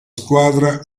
squadra